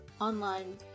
online